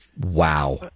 Wow